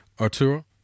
Arturo